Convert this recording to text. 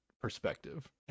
perspective